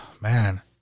man